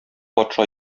патша